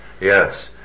Yes